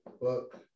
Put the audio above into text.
book